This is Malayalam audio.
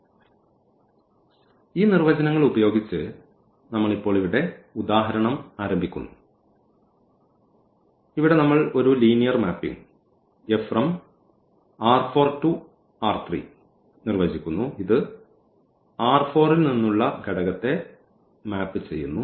അതിനാൽ ഈ നിർവചനങ്ങൾ ഉപയോഗിച്ച് നമ്മൾ ഇപ്പോൾ ഇവിടെ ഉദാഹരണം ആരംഭിക്കുന്നു ഇവിടെ നമ്മൾ ഒരു ലീനിയർ മാപ്പിംഗ് നിർവ്വചിക്കുന്നു ഇത് ൽ നിന്നുള്ള ഘടകത്തെ മാപ്പ് ചെയ്യുന്നു